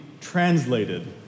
translated